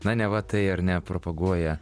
na neva tai ar ne propaguoja